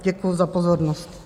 Děkuji za pozornost.